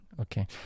okay